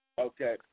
Okay